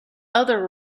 other